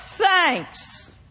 Thanks